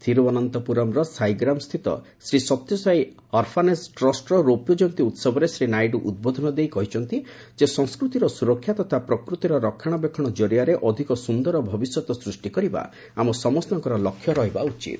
ଥିରୁଭନନ୍ତପୁରମ୍ର ସାଇଗ୍ରାମମ୍ ସ୍ଥିତ ଶ୍ରୀ ସତ୍ୟସାଇ ଅରଫାନେକ୍ ଟ୍ରଷ୍ଟର ରୌପ୍ୟ ଜୟନ୍ତୀ ଉହବରେ ଶ୍ରୀନାଇଡ଼ ଉଦ୍ବୋଧନ ଦେଇ ଆହୁରି କହିଛନ୍ତି ସଂସ୍କୃତିର ସୁରକ୍ଷା ତଥା ପ୍ରକୃତିର ରକ୍ଷଣାବେକ୍ଷଣ ଜରିଆରେ ଅଧିକ ସୁନ୍ଦର ଭବିଷ୍ୟତ ସୃଷ୍ଟି କରିବା ଆମ ସମସ୍ତଙ୍କର ଲକ୍ଷ୍ୟ ରହିବା ଉଚିତ୍